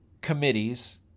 committees